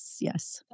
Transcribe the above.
Yes